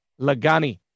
Lagani